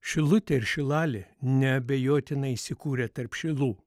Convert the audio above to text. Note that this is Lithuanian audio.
šilutė ir šilalė neabejotinai įsikūrė tarp šilų